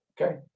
Okay